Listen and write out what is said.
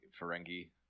Ferengi